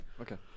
Okay